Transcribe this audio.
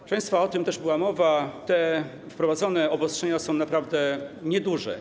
Proszę państwa, o tym też była mowa, te wprowadzane obostrzenia są naprawdę nieduże.